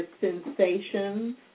sensations